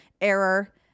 error